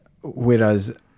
Whereas